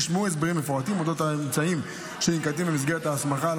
נשמעו הסברים מפורטים אודות האמצעים שננקטים במסגרת ההסמכה,